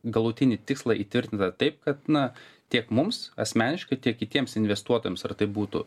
galutinį tikslą įtvirtintą taip kad na tiek mums asmeniškai tiek kitiems investuotojams ar tai būtų